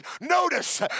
notice